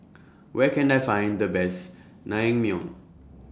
Where Can I Find The Best Naengmyeon